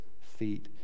feet